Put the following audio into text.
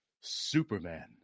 superman